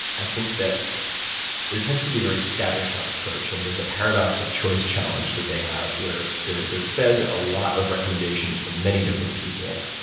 i think that there tends to be a very scattershot approach, and there's a paradox of choice challenge that they have, where they're they're fed a lot of recommendations from many different people.